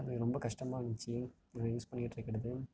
வந்து ரொம்ப கஷ்டமாக இருந்துச்சு இதை யூஸ் பண்ணிக்கிட்டிருக்குறது